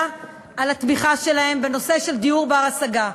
על התמיכה שלהם בנושא של דיור בר-השגה.